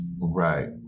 Right